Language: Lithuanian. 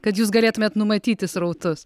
kad jūs galėtumėt numatyti srautus